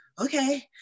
okay